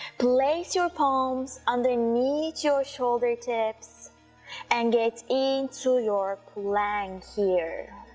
place your palms underneath your shoulders tips and get into your plank here